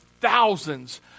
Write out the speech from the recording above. thousands